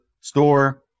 store